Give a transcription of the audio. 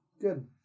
good